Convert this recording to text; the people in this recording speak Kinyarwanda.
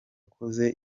koze